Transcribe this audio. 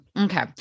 Okay